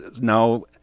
now